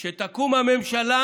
כשתקום הממשלה,